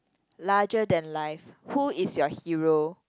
larger than life who is your hero